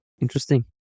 Interesting